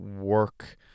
work